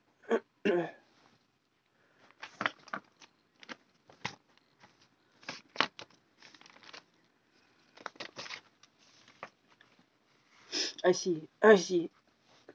I see I see